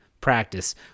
practice